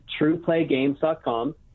trueplaygames.com